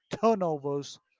turnovers